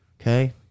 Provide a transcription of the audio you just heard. Okay